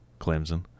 Clemson